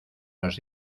nos